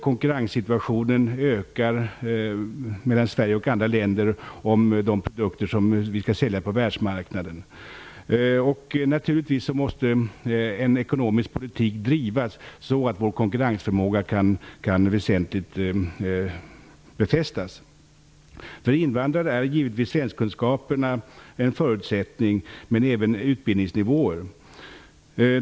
Konkurrensen mellan Sverige och andra länder ökar om de produkter som vi skall sälja på världsmarknaden. Naturligtvis måste en ekonomisk politik drivas så att vår konkurrensförmåga kan väsentligt befästas. För invandrare är givetvis svenskkunskaperna en förutsättning, men även utbildningsnivåerna.